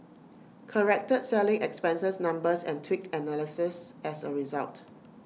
corrected selling expenses numbers and tweaked analyses as A result